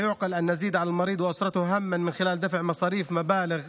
לא ייתכן שנוסיף נטל על החולה ומשפחתו של תשלום מחירים מופקעים רק